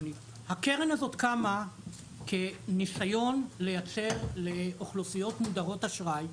הקרן הזאת קמה כניסיון לייצר לאוכלוסיות מודרות אשראי,